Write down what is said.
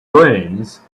brains